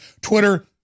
Twitter